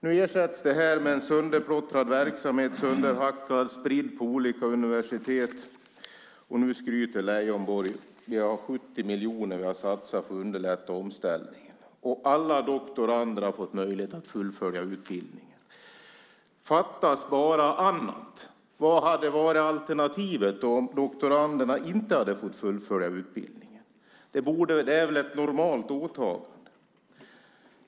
Nu ersätts den här forskningen med en sönderplottrad verksamhet, sönderhackad och spridd på olika universitet, och Leijonborg skryter med att man har satsat 70 miljoner på att underlätta omställningen. Alla doktorander har fått möjlighet att fullfölja utbildningen. Fattas bara annat! Vad hade varit alternativet om doktoranderna inte hade fått fullfölja utbildningen? Det är väl ett normalt åtagande?